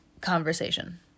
conversation